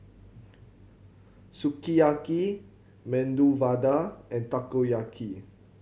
Sukiyaki Medu Vada and Takoyaki